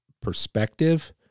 perspective